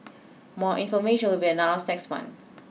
more information will be announced next month